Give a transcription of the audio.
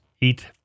eat